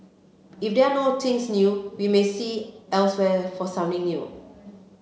if there are no things new we may see elsewhere for something new